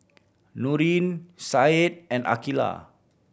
Nurin Said and Aqilah